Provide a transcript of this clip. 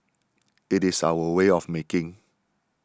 it is our way of making